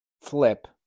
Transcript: flip